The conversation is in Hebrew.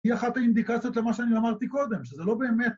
‫היא אחת האינדיקציות למה ‫שאני אמרתי קודם, שזה לא באמת...